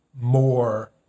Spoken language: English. more